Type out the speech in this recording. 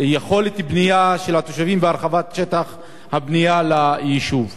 ביכולת הבנייה של התושבים ולהרחבת שטח הבנייה ליישוב.